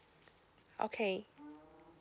okay